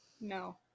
No